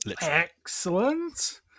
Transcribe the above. Excellent